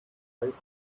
thighs